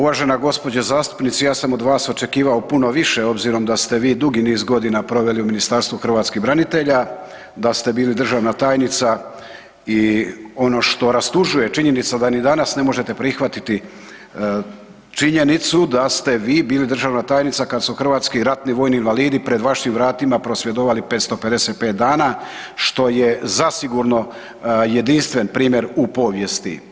Uvažena gospođo zastupnice ja sam od vas očekivao puno više obzirom da ste vi dugi niz godina proveli u Ministarstvu hrvatskih branitelja, da ste bili državna tajnica i ono što rastužuje činjenica da ni danas ne možete prihvatiti činjenicu da ste vi bili državna tajnica kad su Hrvatski ratni vojni invalidi pred vašim vratima prosvjedovali 555 dana što je zasigurno jedinstven primjer u povijesti.